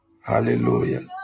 Hallelujah